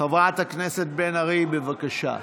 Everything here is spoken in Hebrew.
חברת הכנסת בן ארי, בבקשה.